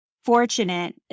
fortunate